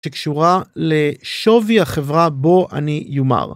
שקשורה לשווי החברה בו אני יומר.